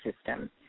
system